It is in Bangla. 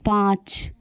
পাঁচ